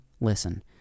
listen